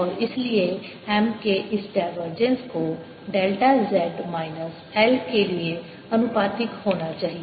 और इसलिए M के इस डायवर्जेंस को डेल्टा z माइनस L के लिए आनुपातिक होना चाहिए